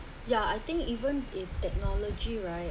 yeah I think even if technology right